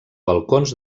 balcons